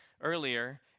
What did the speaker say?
earlier